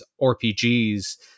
RPGs